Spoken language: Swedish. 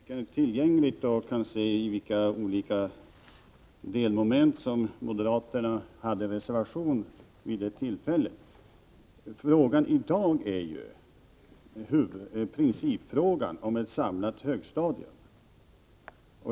Herr talman! Nu har jag inte det betänkandet tillgängligt och kan därför inte se i vilka delmoment som moderaterna hade reservationer vid det tillfället. Men i dag gäller det principfrågan om ett samlat högstadium.